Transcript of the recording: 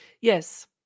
yes